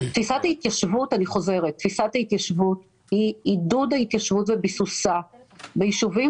תפיסת ההתיישבות היא עידוד ההתיישבות וביסוסה ביישובים